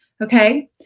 okay